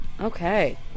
Okay